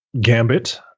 Gambit